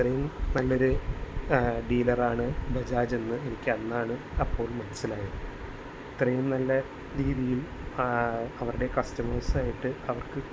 ഇത്രയും നല്ലൊരു ഡീലറാണ് ബജാജെന്ന് എനിക്കന്നാണ് അപ്പോള് മനസിലായത് ഇത്രയും നല്ല രീതിയിൽ അവരുടെ കസ്റ്റമേഴ്സായിട്ട് അവർക്ക്